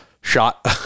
shot